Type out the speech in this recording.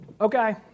Okay